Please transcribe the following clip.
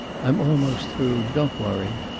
i'm almost through. don't worry!